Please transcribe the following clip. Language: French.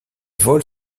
vols